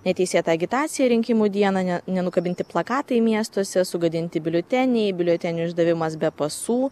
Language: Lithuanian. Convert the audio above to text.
neteisėta agitacija rinkimų dieną ne nenukabinti plakatai miestuose sugadinti biuleteniai biuletenių išdavimas be pasų